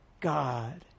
God